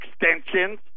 extensions